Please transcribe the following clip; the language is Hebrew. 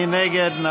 מי נגד?